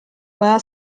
bada